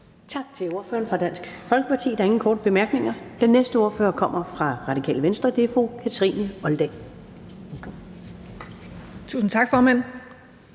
Tak til ordføreren for Dansk Folkeparti. Der er ingen korte bemærkninger. Den næste ordfører kommer fra Radikale Venstre, og det er fru